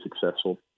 successful